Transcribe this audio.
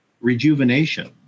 rejuvenation